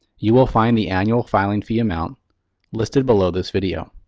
you will find the annual filing fee amount listed below this video.